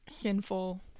sinful